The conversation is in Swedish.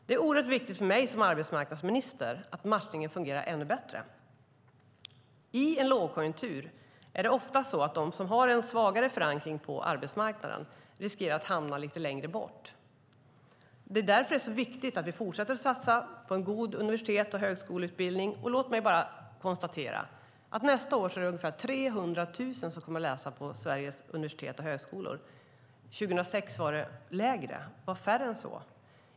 Det är oerhört viktigt för mig som arbetsmarknadsminister att matchningen fungerar ännu bättre. I en lågkonjunktur är det ofta så att de som har en svagare förankring på arbetsmarknaden riskerar att hamna lite längre bort. Det är därför det är viktigt att vi fortsätter att satsa på en god universitets och högskoleutbildning. Låt mig bara konstatera att nästa år är det ungefär 300 000 som kommer att läsa på Sveriges universitet och högskolor. År 2006 var det färre.